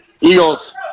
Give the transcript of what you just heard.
Eagles